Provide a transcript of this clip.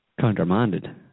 Countermanded